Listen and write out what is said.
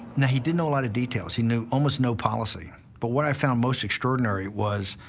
now, he didn't know a lot of details. he knew almost no policy. but what i found most extraordinary was,